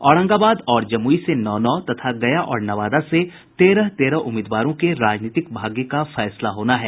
औरंगाबाद और जमुई से नौ नौ तथा गया और नवादा से तेरह तेरह उम्मीदवारों के राजनीतिक भाग्य का फैसला होना है